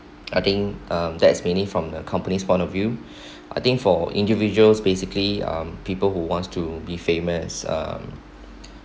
I think um that's mainly from the companies point of view I think for individuals basically um people who wants to be famous um